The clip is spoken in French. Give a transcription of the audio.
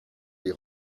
les